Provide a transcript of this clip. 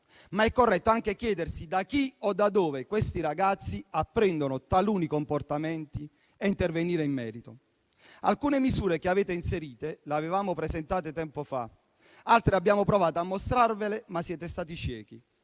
però corretto anche chiedersi da chi o dove questi ragazzi apprendano taluni comportamenti e intervenire in merito. Alcune misure che avete inserito le avevamo presentate tempo fa; altre abbiamo provato a mostrarvele, ma siete stati ciechi.